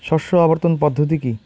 শস্য আবর্তন পদ্ধতি কি?